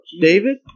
David